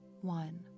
one